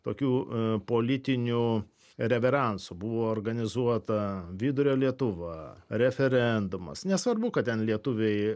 tokių politinių reveransų buvo organizuota vidurio lietuva referendumas nesvarbu kad ten lietuviai